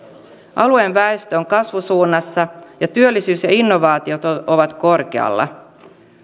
alueen väestö on kasvusuunnassa ja työllisyys ja innovaatiot ovat korkealla